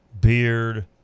Beard